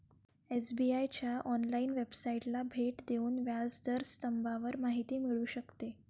SBI च्या online वेबसाइटला भेट देऊन व्याज दर स्तंभावर माहिती मिळू शकते